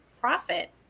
profit